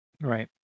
Right